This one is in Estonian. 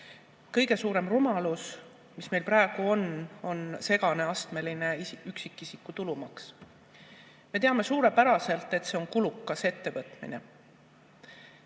Kõige suurem rumalus, mis meil praegu on, on segane astmeline üksikisiku tulumaks. Me teame suurepäraselt, et see on kulukas ettevõtmine.